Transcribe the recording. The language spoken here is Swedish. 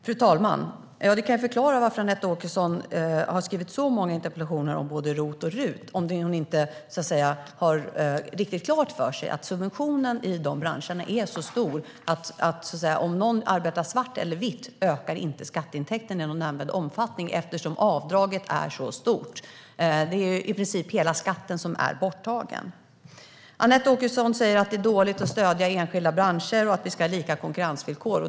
Fru talman! Det som kan förklara varför Anette Åkesson har skrivit så många interpellationer om både ROT och RUT är att hon inte har riktigt klart för sig att subventionen i de branscherna är så stor att skatteintäkterna inte ökar i nämnvärd omfattning om någon arbetar vitt i stället för svart eftersom avdraget är så stort. I princip hela skatten är borttagen. Anette Åkesson säger att det är dåligt att stödja enskilda branscher och att vi ska ha lika konkurrensvillkor.